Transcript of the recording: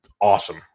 Awesome